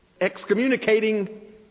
excommunicating